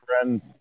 friend